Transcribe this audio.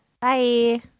Bye